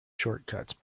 shortcuts